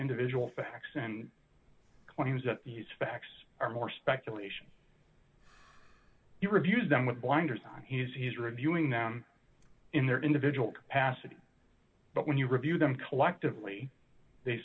individual facts and claims that these facts are more speculation you refuse them with blinders on he's reviewing them in their individual capacity but when you review them collectively they